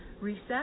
reset